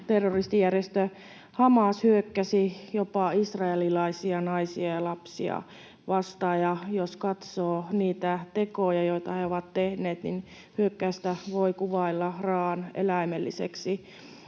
terroristijärjestö Hamas hyökkäsi jopa israelilaisia naisia ja lapsia vastaan, ja jos katsoo niitä tekoja, joita he ovat tehneet, niin hyökkäystä voi kuvailla raa’an eläimelliseksi.